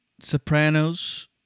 Sopranos